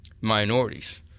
minorities